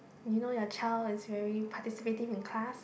you know your child is very participative in class